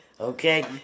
Okay